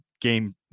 game